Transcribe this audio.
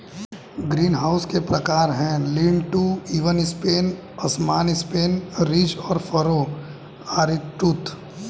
greenhouse के प्रकार है, लीन टू, इवन स्पेन, असमान स्पेन, रिज और फरो, आरीटूथ